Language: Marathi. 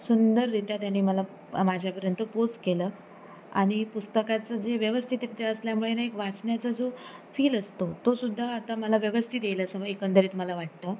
सुंदररीत्या त्यांनी मला प माझ्यापर्यंत पोच केलं आणि पुस्तकाचं जे व्यवस्थितरीत्या असल्यामुळे ना एक वाचण्याचा जो फील असतो तोसुद्धा आता मला व्यवस्थित येईल असं एकंदरीत मला वाटतं